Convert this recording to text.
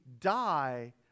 die